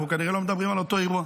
אנחנו כנראה לא מדברים על אותו אירוע.